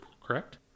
correct